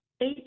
Eight